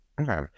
okay